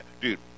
Dude